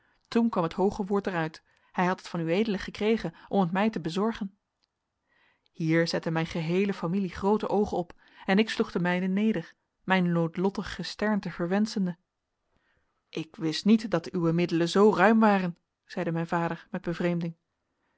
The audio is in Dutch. toen kwam het hooge woord er uit hij had het van ued gekregen om het mij te bezorgen hier zette mijn geheele familie groote oogen op en ik sloeg de mijne neder mijn noodlottig gesternte verwenschende ik wist niet dat uwe middelen zoo ruim waren zeide mijn vader met bevreemding